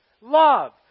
love